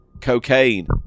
Cocaine